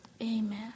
Amen